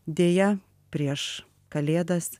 deja prieš kalėdas